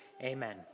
Amen